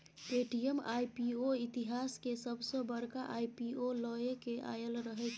Paytm IPO इतिहास केर सबसॅ बड़का आई.पी.ओ लए केँ आएल रहैक